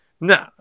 no